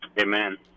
Amen